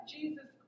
Jesus